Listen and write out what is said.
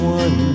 one